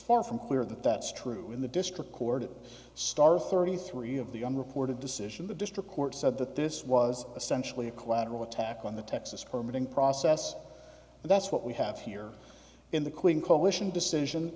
far from clear that that's true in the district court of star thirty three of the unreported decision the district court said that this was essentially a collateral attack on the texas permuting process and that's what we have here in the queen coalition decision